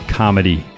comedy